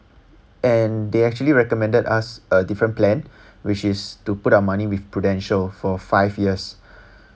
and they actually recommended us a different plan which is to put our money with prudential for five years